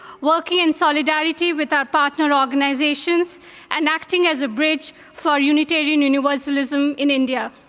working in solidarity with our partner organizations and working as a bridge for unitarian universalism in india.